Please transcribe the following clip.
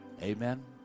Amen